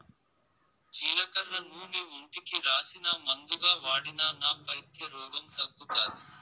జీలకర్ర నూనె ఒంటికి రాసినా, మందుగా వాడినా నా పైత్య రోగం తగ్గుతాది